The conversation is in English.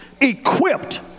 equipped